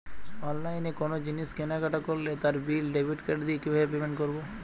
অনলাইনে কোনো জিনিস কেনাকাটা করলে তার বিল ডেবিট কার্ড দিয়ে কিভাবে পেমেন্ট করবো?